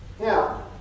Now